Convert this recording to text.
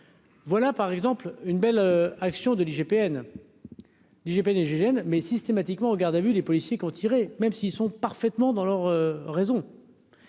Voilà par exemple une belle action de l'IGPN j'ai peiné gégène met systématiquement en garde à vue, les policiers qui ont tiré, même s'ils sont parfaitement dans leur raison